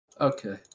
Okay